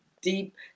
deep